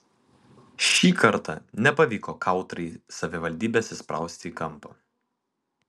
šį kartą nepavyko kautrai savivaldybės įsprausti į kampą